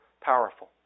powerful